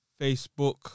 Facebook